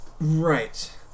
Right